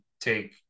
take